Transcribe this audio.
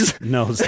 no